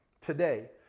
Today